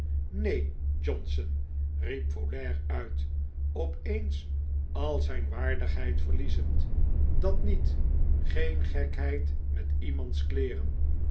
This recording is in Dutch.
neen johnson riep folair uit opeens al zijn waardigheid verliezend dat niet geen gekheid met iemands kleeren